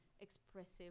expressive